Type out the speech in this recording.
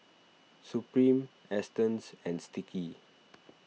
Supreme Astons and Sticky